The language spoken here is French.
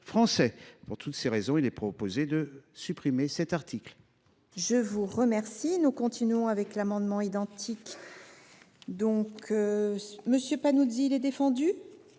Pour toutes ces raisons, il est proposé de supprimer l’article